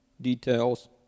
details